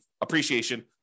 appreciation